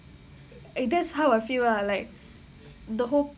it that's how I feel lah like the whole